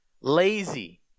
lazy